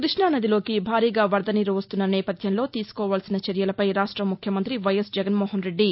క్బష్టానదిలోకి భారీగా వరద నీరు వస్తున్న నేపథ్యంలో తీసుకోవాల్సిన చర్యలపై రాష్ట ముఖ్యమంత్రి వైఎస్ జగన్మోహన్రెడ్డి